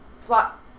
plot